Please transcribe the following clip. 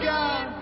God